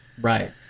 Right